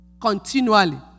continually